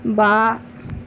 ਵਾਹ